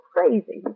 Crazy